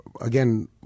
Again